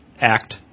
act